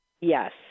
Yes